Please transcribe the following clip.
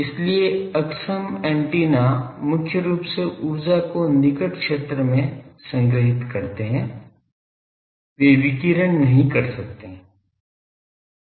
इसलिए अक्षम एंटेना मुख्य रूप से ऊर्जा को निकट क्षेत्र में संग्रहीत करते हैं वे विकिरण नहीं कर सकते हैं